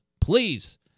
please